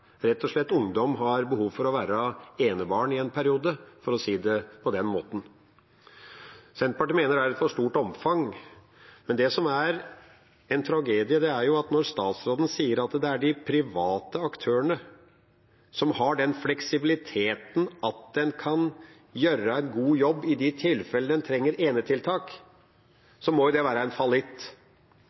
rett og slett behov for å være enebarn i en periode, for å si det på den måten. Senterpartiet mener det skjer i for stort omfang. Men til det som er en tragedie: Når statsråden sier at det er de private aktørene som har den fleksibiliteten til å kunne gjøre en god jobb i de tilfellene en trenger enetiltak, må jo det være en